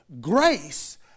Grace